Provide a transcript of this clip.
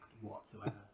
whatsoever